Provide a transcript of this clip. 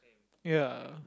ya